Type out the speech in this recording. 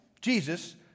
Jesus